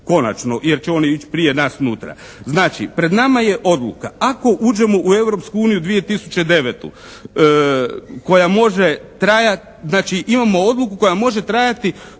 Konačno, jer će oni ići prije nas unutra. Znači pred nama je odluka ako uđemo u Europsku uniju 2009. koja može trajati, znači imamo odluku koja može trajati